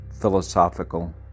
philosophical